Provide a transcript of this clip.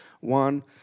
One